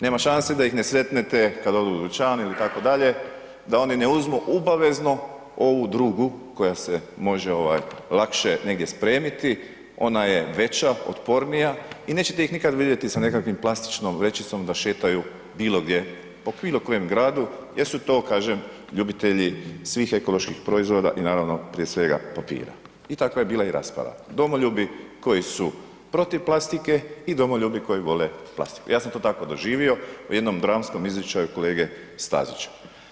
Nema šanse da ih ne sretnete kad odu u dućan ili tako dalje da oni ne uzmu obavezno ovu drugu koja se može ovaj lakše negdje spremiti, ona je veća, otpornija i nećete ih nikad vidjeti sa nekakvom plastičnom vrećicom da šetaju bilo gdje po bilo kojem gradu jer su to kažem ljubitelji svih ekoloških proizvoda i naravno prije svega papira i takva je bila i rasprava, domoljubi koji su protiv plastike i domoljubi koji vole plastiku, ja sam to tako doživio u jednom dramskom izričaju kolege Stazića.